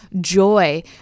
joy